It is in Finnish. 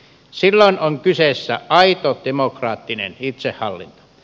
silloin on kyseessä aito demokraattinen itsehallinto